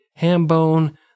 Hambone